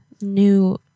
new